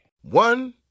One